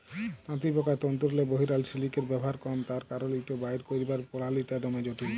তাঁতিপকার তল্তুরলে বহিরাল সিলিকের ব্যাভার কম তার কারল ইট বাইর ক্যইরবার পলালিটা দমে জটিল